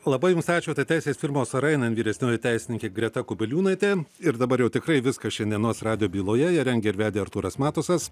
labai jums ačiū tai teisės firmos arainan vyresnioji teisininkė greta kubiliūnaitė ir dabar jau tikrai viskas šiandienos radijo byloje ją rengė ir vedė artūras matusas